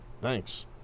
thanks